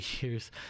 years